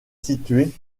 situé